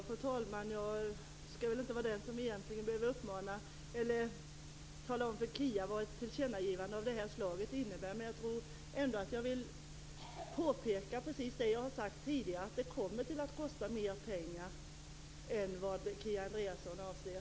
Fru talman! Jag behöver inte vara den som talar om för Kia Andreasson vad ett tillkännagivande av det här slaget innebär, men jag vill ändå påpeka precis det jag har sagt tidigare, nämligen att det kommer att kosta mer pengar än vad Kia Andreasson avser.